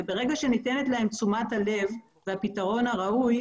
וברגע שניתנת להן תשומת הלב והפתרון הראוי,